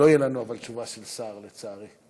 לא תהיה לנו תשובה של שר, לצערי.